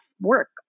work